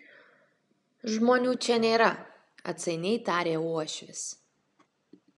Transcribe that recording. žmonių čia nėra atsainiai tarė uošvis